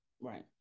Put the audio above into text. Right